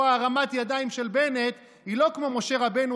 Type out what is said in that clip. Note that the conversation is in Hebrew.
פה הרמת הידיים של בנט היא לא כמו של משה רבנו,